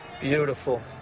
Beautiful